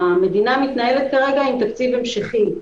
המדינה מתנהלת כרגע עם תקציב המשכי.